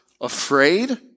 afraid